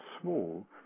small